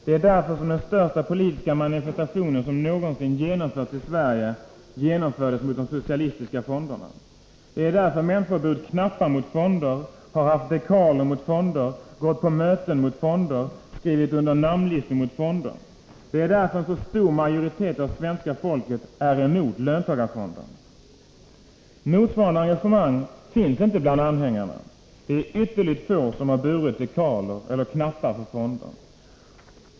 Det är därför som den största politiska manifestation som någonsin genomförts i Sverige genomfördes mot de socialistiska fonderna. Det är därför människor burit knappar mot fonder, haft dekaler mot fonder, gått på möten mot fonder, skrivit under namnlistor mot fonder. Det är därför en så stor majoritet av svenska folket är emot löntagarfonder. Motsvarande engagemang finns inte bland anhängarna. Det är ytterligt få som har burit dekaler eller knappar för fonder.